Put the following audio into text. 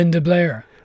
Blair